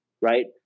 right